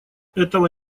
этого